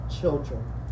children